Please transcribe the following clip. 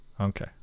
Okay